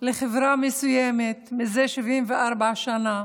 לחברה מסוימת מזה 74 שנה: